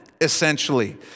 essentially